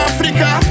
Africa